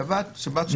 שבת.